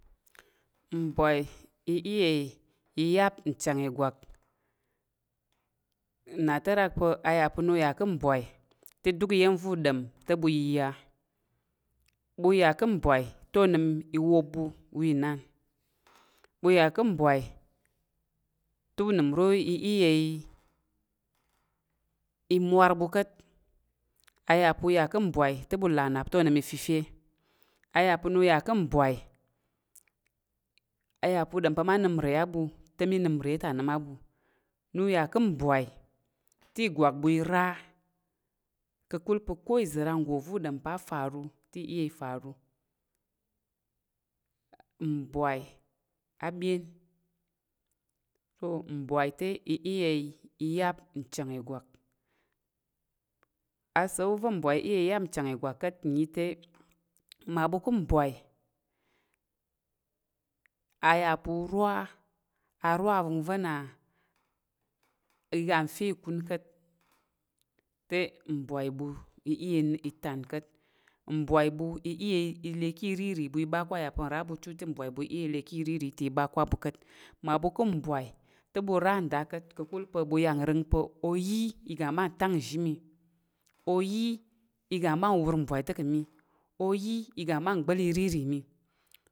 Mbwai i iya iya̱m n chang ìgwak na te rak pa̱ a ya pa̱, na u ya ka̱ mbwai te duk iya̱m va̱ u ɗom te ɓu yiya. Ɓu ya ka̱ mbwai te onəm i wop ɓu wa inan. Ɓu ya ka̱ mbwai ta̱ unəm uro i iya imwar ɓu ka̱t. A yà pa̱ uya ka̱ mbwai te ɓu là nnap te onəm fefe. A ya pa̱ nu ya ká̱ mbwai, a yà pa̱ u ɗom pa̱ ma nəm nre á ɓu te mməma nəm nre á ɓu. Nu ya ká̱ mbwai te ìgwak ɓu ira, ka̱kul pa̱ ko iza̱ ran nggo va̱ u ɗom pa̱ a faru te i iya ifaru. Mbwai a byen pa̱ mbwai te i iya iya̱m nchang ìgwak. Asa̱l- wu va̱ mbwai i iya iya̱m nchang ìgwak ka̱t nnyi te, mmaɓu ká̱ mbwai a ya pa̱ urwa a rwa vəngva̱ na iga nfe ikun ka̱t te mbwai ɓu i iya i le ki irirì ɓu i ɓa ká̱, a yà pa̱ nra ɓu chu te, mbwai ɓu i iya i le ki irirì ta i ɓa ká̱ a ɓu ka̱t. Mmaɓu ká̱ mbwai te ɓu ra nda ka̱t, ka̱kul pa̱ ɓu yang rəng pa̱ oyi i ga m ɓa ntang nzhi ma. Oyi iga m ɓa nwur mbwai te ká̱ ma. Oyi iga m ɓa ngbá̱l irirì mi.